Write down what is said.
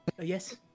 Yes